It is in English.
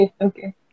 okay